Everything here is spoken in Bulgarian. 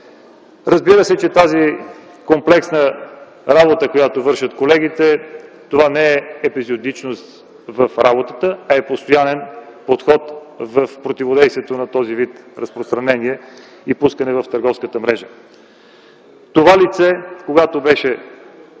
Разбира се, че тази комплексна работа, която вършат колегите не е епизодичност в работата, а е постоянен подход в противодействието на този вид разпространение и пускане в търговската мрежа. Това лице, когато беше